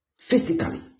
physically